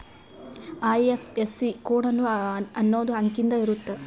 IFSC code ಅನ್ನೊಂದ್ ಅಂಕಿದ್ ಇರುತ್ತ